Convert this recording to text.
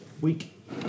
week